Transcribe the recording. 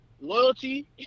loyalty